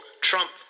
Trump